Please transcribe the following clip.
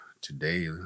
today